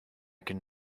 can